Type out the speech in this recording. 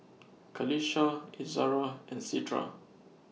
Qalisha Izzara and Citra